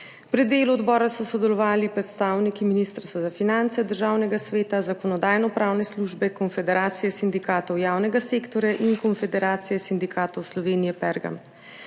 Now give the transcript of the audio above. Pri delu odbora so sodelovali predstavniki Ministrstva za finance, Državnega sveta, Zakonodajno-pravne službe, Konfederacije sindikatov javnega sektorja Slovenije in Konfederacije sindikatov Slovenije Pergam.